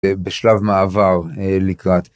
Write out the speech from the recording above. בשלב מעבר לקראת.